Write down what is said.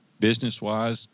Business-wise